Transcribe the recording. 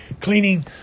cleaning